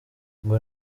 ngo